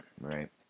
right